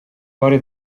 vari